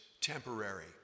temporary